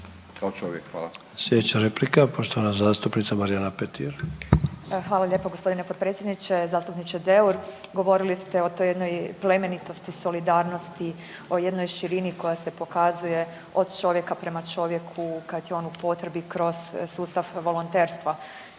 kao čovjek. Hvala.